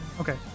Okay